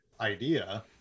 idea